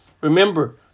Remember